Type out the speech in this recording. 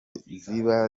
ziba